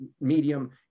medium